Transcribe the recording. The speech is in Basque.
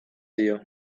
dio